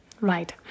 right